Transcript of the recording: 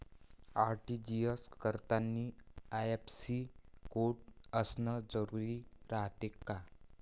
RTGS करतांनी IFSC code असन जरुरी रायते का?